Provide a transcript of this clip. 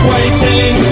Waiting